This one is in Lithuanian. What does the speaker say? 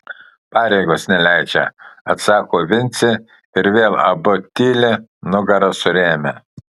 pareigos neleidžia atsako vincė ir vėl abu tyli nugaras surėmę